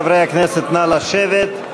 חברי הכנסת, נא לשבת.